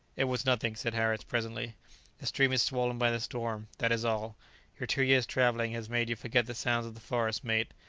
it was nothing, said harris presently the stream is swollen by the storm, that is all your two years' travelling has made you forget the sounds of the forest, mate.